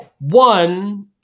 One